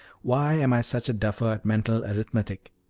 why am i such a duffer at mental arithmetic!